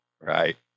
right